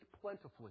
plentifully